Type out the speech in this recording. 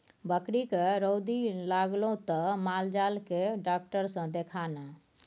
बकरीके रौदी लागलौ त माल जाल केर डाक्टर सँ देखा ने